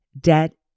debt